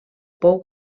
pou